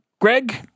Greg